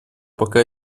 пока